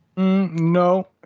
No